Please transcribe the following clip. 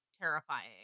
terrifying